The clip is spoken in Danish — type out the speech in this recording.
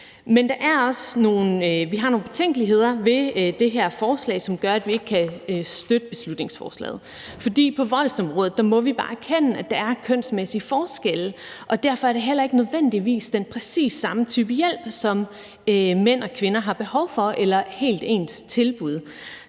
Men vi har nogle betænkeligheder ved det her forslag, som gør, at vi ikke kan støtte beslutningsforslaget. På voldsområdet må vi bare erkende, at der er kønsmæssige forskelle, og derfor er det heller ikke nødvendigvis den præcis samme type hjælp eller helt ens tilbud,